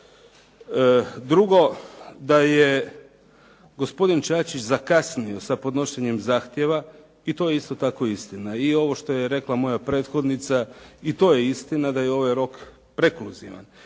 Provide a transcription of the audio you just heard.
Drugo, da je gospodin Čačić zakasnio sa podnošenjem zahtjeva i to je isto tako istina. I ovo što je rekla moja prethodnica i to je istina, da je ovaj rok prekluzivan.